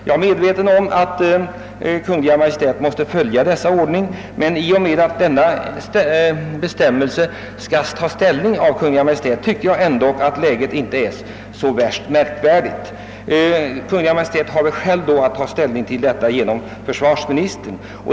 Jag är medveten om att Kungl. Maj:t måste följa upphandlingskungörelsen, men i och med att Kungl. Maj:t genom den aktuella bestämmelsen ändå måste ta ställning, tycker jag inte att läget är så komplicerat. Kungl. Maj:t har att själv genom försvarsministern besluta.